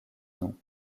non